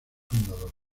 fundador